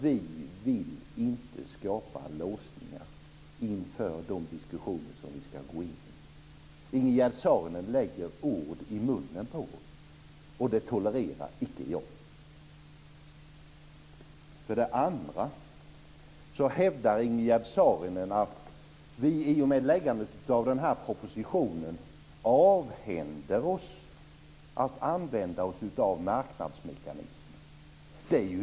Vi vill inte skapa låsningar inför de diskussioner som vi ska gå in i. Ingegerd Saarinen lägger ord i munnen på oss, och det tolererar icke jag. För det andra hävdar Ingegerd Saarinen att vi i och med framläggandet av den här propositionen avhänder oss möjligheten att använda marknadsmekanismen.